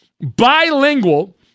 Bilingual